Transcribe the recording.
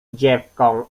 dziewką